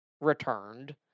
returned